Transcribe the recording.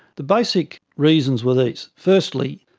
the basic reasons were these. firstly,